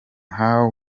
how